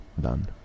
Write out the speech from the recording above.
done